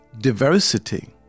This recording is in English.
diversity